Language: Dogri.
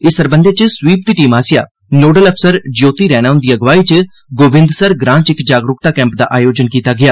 इस सरबंधै च स्वीप दी टीम आस्सेआ नोडल अफसर ज्योति रैणा हुंदी अगुवाई च गोविंदसर ग्रां च इक जागरूकता कैंप दा आयोजन कीता गेआ